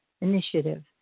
Initiative